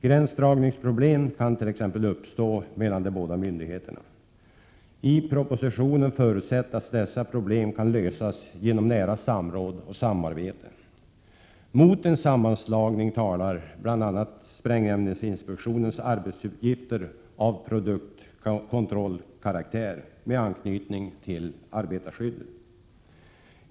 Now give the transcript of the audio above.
Gränsdragningsproblem kan t.ex. uppstå mellan de båda myndigheterna. I propositionen förutsätts att dessa problem kan lösas genom nära samråd och samarbete. Mot en sammanslagning talar bl.a. sprängämnesinspektionens arbetsuppgifter av produktkontrollkaraktär med anknytning till arbetarskyddet.